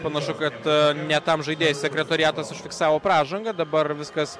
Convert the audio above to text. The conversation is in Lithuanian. panašu kad ne tam žaidėjui sekretoriatas užfiksavo pražangą dabar viskas